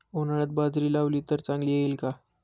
उन्हाळ्यात बाजरी लावली तर चांगली येईल का?